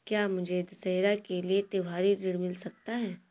क्या मुझे दशहरा के लिए त्योहारी ऋण मिल सकता है?